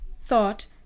thought